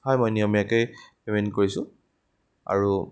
হয় মই নিয়মীয়াকৈয়ে পে'মেণ্ট কৰিছোঁ আৰু